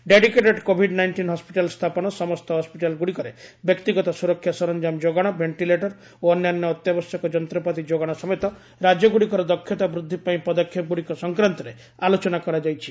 dedicated COVID nineteen hospital ସ୍ଥାପନ ସମସ୍ତ hospital ଗୁଡ଼ିକରେ ବ୍ୟକ୍ତିଗତ ସୁରକ୍ଷା ସରଞ୍ଜାମ ଯୋଗାଣ ଭେଷ୍ଟିଲେଟର ଓ ଅନ୍ୟାନ୍ୟ ଅତ୍ୟାବଶ୍ୟକ ଯନ୍ତ୍ରପାତି ଯୋଗାଣ ସମେତ ରାକ୍ୟଗୁଡ଼ିକର ଦକ୍ଷତା ବୃଦ୍ଧି ପାଇଁ ପଦକ୍ଷେପଗୁଡ଼ିକ ସଂକ୍ରାନ୍ତରେ ଆଲୋଚନା କରାଯାଇଛି